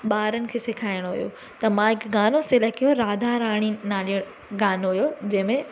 बारनि खे सेखारिणो हुओ त मां हिकु गानो सिलेक्ट कयो राधाराणी नाले जो गानो हुओ जंहिं में